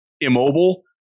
immobile